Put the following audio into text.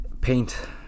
paint